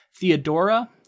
Theodora